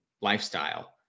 lifestyle